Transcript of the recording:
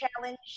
challenge